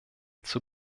zur